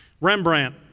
Rembrandt